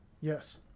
Yes